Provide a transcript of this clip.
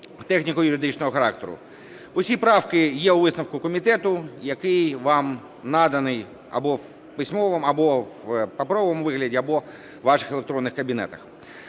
техніко-юридичного характеру. Усі правки є у висновку комітету, який вам наданий або в письмовому, або в паперовому вигляді, або в ваших електронних кабінетах.